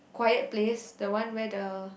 quiet place the one where the